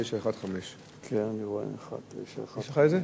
1915. כי אני רואה 1915. יש לך את זה?